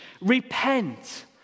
repent